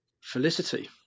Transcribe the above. Felicity